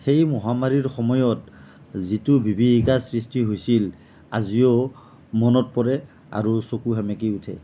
সেই মহামাৰীৰ সময়ত যিটো বিভীষিকাৰ সৃষ্টি হৈছিল আজিও মনত পৰে আৰু চকু সেমেকি উঠে